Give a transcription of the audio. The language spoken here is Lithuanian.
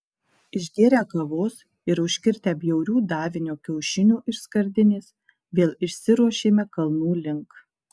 išgėrę kavos ir užkirtę bjaurių davinio kiaušinių iš skardinės vėl išsiruošėme kalnų link